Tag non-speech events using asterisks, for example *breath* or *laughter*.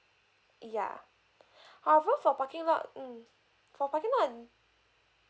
ya *breath* however for parking lot mm for parking lot in